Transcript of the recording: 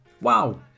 wow